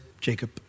Jacob